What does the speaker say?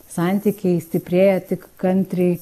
santykiai stiprėja tik kantriai